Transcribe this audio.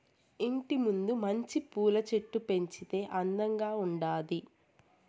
ఇంటి ముందు మంచి పూల చెట్లు పెంచితే అందంగా ఉండాది